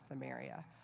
Samaria